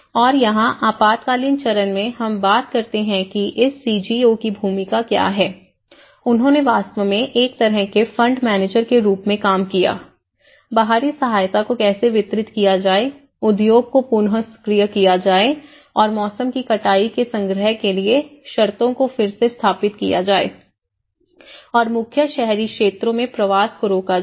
और यहाँ आपातकालीन चरण में हम बात करते हैं कि इस सीजीओ की भूमिका क्या है उन्होंने वास्तव में एक तरह के फंड मैनेजर के रूप में काम किया बाहरी सहायता को कैसे वितरित किया जाए उद्योग को पुन सक्रिय किया जाए और मौसम की कटाई के संग्रह के लिए शर्तों को फिर से स्थापित किया जाए और मुख्य शहरी क्षेत्रों में प्रवास को रोका जाए